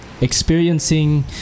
experiencing